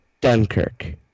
Dunkirk